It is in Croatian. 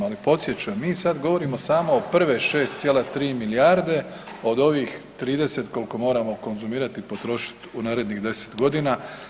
Ali podsjećam, mi samo govorimo samo o prve 6,3 milijarde od ovih 30 koliko moramo konzumirati i potrošiti u narednih 10 godina.